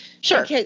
Sure